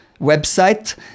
website